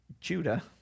Judah